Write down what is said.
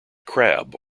crab